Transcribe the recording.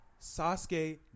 Sasuke